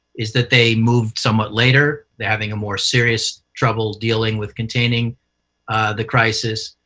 is that they moved somewhat later. they're having a more serious trouble dealing with containing the crisis.